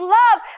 love